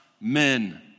men